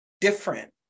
different